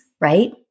right